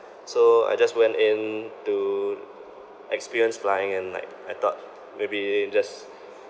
so I just went in to experience flying and like I thought maybe just